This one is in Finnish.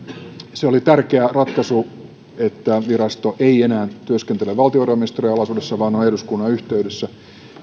se oli tärkeä ratkaisu että virasto ei enää työskentele valtiovarainministeriön alaisuudessa vaan on eduskunnan yhteydessä